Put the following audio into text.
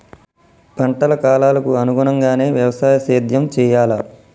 పంటల కాలాలకు అనుగుణంగానే వ్యవసాయ సేద్యం చెయ్యాలా?